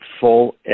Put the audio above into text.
full